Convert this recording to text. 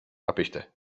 napište